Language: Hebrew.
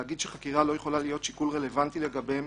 להגיד שחקירה לא יכולה להיות שיקול רלוונטי לגביהם